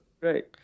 great